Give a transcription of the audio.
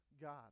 God